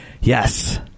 Yes